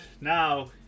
Now